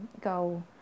go